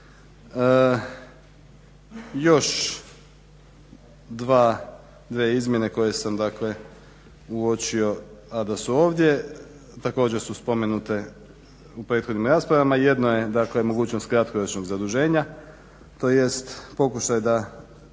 Još dvije izmjene koje sam uočio a da su ovdje. Također su spomenute u prethodnim raspravama. Jedno je dakle, mogućnost kratkoročnog zaduženja tj. pokušaj da